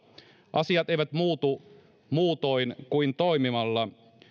asiat eivät muutu muutoin kuin toimimalla